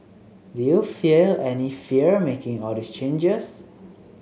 did you feel any fear making all these changes